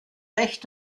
recht